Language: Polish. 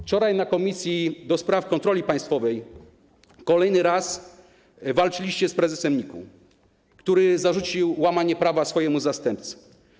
Wczoraj na posiedzeniu Komisji do Spraw Kontroli Państwowej kolejny raz walczyliście z prezesem NIK-u, który zarzucił łamanie prawa swojemu zastępcy.